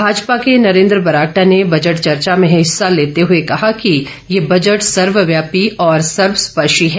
भाजपा के नरेंद्र बरागटा ने बजट चर्चा में हिस्सा लेते हुए कहा कि यह बजट सर्वव्यापी और सर्वस्पर्शी है